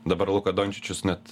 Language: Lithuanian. dabar luka dončičius net